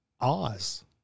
Oz